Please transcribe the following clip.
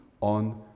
on